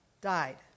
died